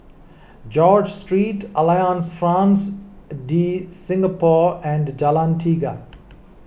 George Street Alliance Francaise De Singapour and Jalan Tiga